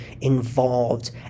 involved